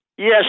Yes